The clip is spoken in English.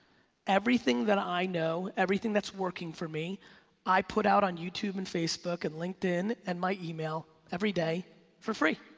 everything that i know, everything that's working for me i put out on youtube and facebook and linkedin and my email every day for free.